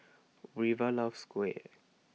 River loves Kuih